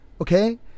Okay